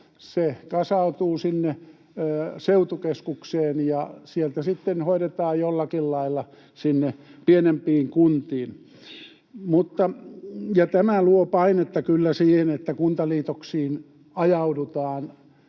Se kasautuu sinne seutukeskukseen, ja sieltä sitten hoidetaan jollakin lailla sinne pienempiin kuntiin, ja tämä luo painetta kyllä siihen, että kuntaliitoksiin ajaudutaan.